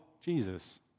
Jesus